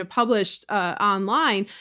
ah published ah online,